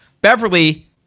Beverly